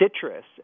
citrus